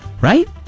right